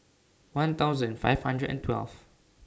one thousand five hundred and twelve